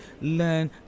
learn